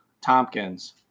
Tompkins